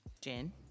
Jen